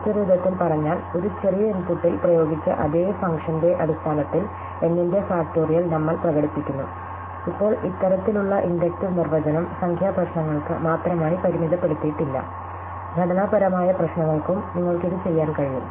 മറ്റൊരു വിധത്തിൽ പറഞ്ഞാൽ ഒരു ചെറിയ ഇൻപുട്ടിൽ പ്രയോഗിച്ച അതേ ഫംഗ്ഷന്റെ അടിസ്ഥാനത്തിൽ n ന്റെ ഫാക്റ്റോറിയൽ നമ്മൾ പ്രകടിപ്പിക്കുന്നു ഇപ്പോൾ ഇത്തരത്തിലുള്ള ഇൻഡക്റ്റീവ് നിർവചനം സംഖ്യാ പ്രശ്നങ്ങൾക്ക് മാത്രമായി പരിമിതപ്പെടുത്തിയിട്ടില്ല ഘടനാപരമായ പ്രശ്നങ്ങൾക്കും നിങ്ങൾക്ക് ഇത് ചെയ്യാൻ കഴിയും